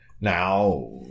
Now